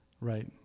Right